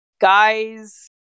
guys